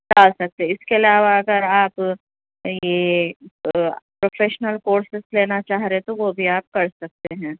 جا سکتے اس کے علاوہ اگر آپ یہ پروفیشنل کورسز لینا چاہ رہے تو وہ بھی آپ کر سکتے ہیں